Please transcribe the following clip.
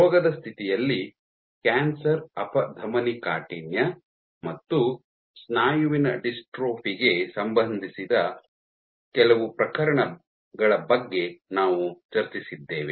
ರೋಗದ ಸ್ಥಿತಿಯಲ್ಲಿ ಕ್ಯಾನ್ಸರ್ ಅಪಧಮನಿಕಾಠಿಣ್ಯ ಮತ್ತು ಸ್ನಾಯುವಿನ ಡಿಸ್ಟ್ರೋಫಿ ಗೆ ಸಂಬಂಧಿಸಿದ ಕೆಲವು ಪ್ರಕರಣಗಳ ಬಗ್ಗೆ ನಾವು ಚರ್ಚಿಸಿದ್ದೇವೆ